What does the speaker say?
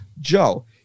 Joe